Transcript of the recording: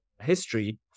history